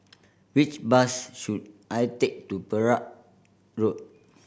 which bus should I take to Perak Road